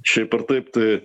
šiaip ar taip tai